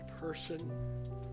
person